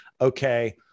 Okay